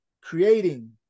creating